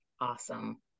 awesome